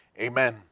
Amen